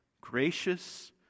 gracious